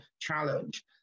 challenge